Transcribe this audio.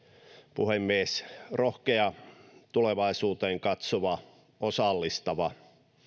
puhemies rohkea tulevaisuuteen katsova osallistava